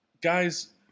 Guys